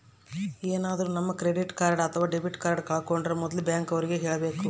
ಏನಾದ್ರೂ ನಮ್ credit card ಅಥವಾ ಡೆಬಿಟ್ ಕಾರ್ಡ್ ಕಳ್ಕೊಂಡ್ರೆ ಮೊದ್ಲು ಬ್ಯಾಂಕ್ ಅವ್ರಿಗೆ ಹೇಳ್ಬೇಕು